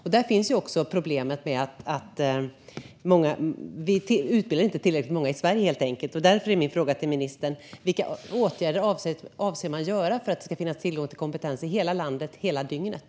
Det är ett problem att vi inte utbildar tillräckligt många i Sverige. Därför är min fråga till ministern: Vilka åtgärder avser man att vidta för att det ska finnas tillgång till kompetens i hela landet hela dygnet?